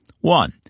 One